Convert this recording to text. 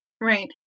Right